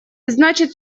значит